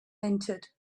entered